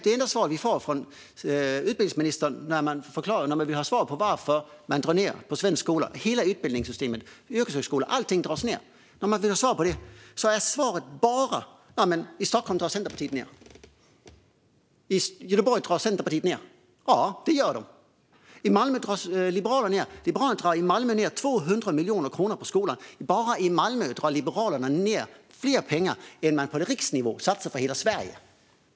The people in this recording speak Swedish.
Det enda svar som vi får från utbildningsministern när vi vill ha svar på varför man drar ned på svensk skola - man drar ned på allt, hela utbildningssystemet, yrkeshögskolan och så vidare - är att Centerpartiet drar ned i Stockholm och i Göteborg. Ja, det gör de. I Malmö drar Liberalerna ned på skolan med 200 miljoner kronor. Bara i Malmö drar Liberalerna ned mer pengar än man på riksnivå satsar för hela Sverige.